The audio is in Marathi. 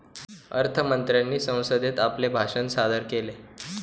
अर्थ मंत्र्यांनी संसदेत आपले भाषण सादर केले